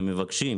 ומבקשים,